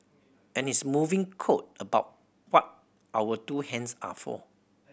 and his moving quote about what our two hands are for